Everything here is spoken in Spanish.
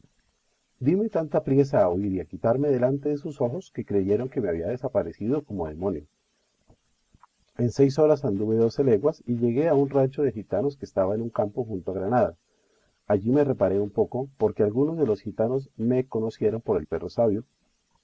dime tanta priesa a huir y a quitarme delante de sus ojos que creyeron que me había desparecido como demonio en seis horas anduve doce leguas y llegué a un rancho de gitanos que estaba en un campo junto a granada allí me reparé un poco porque algunos de los gitanos me conocieron por el perro sabio